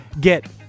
get